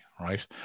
right